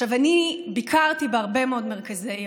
עכשיו, אני ביקרתי בהרבה מאוד מרכזי יום.